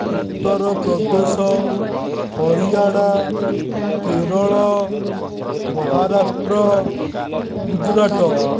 Uttar Pradesh Haryana Kerala Maharashtra Gujarat